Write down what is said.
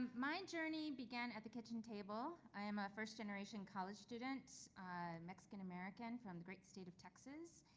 my journey began at the kitchen table. i am a first-generation college student mexican-american from the great state of texas.